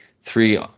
three